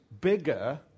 bigger